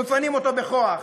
מפנים אותו בכוח,